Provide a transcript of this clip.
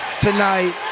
tonight